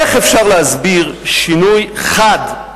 איך אפשר להסביר שינוי חד,